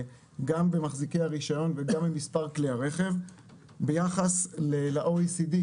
במחזיקי הרישיון וגם במספר כלי הרכב ביחס ל-OECD.